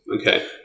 Okay